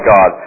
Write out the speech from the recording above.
God